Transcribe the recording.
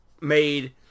made